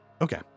okay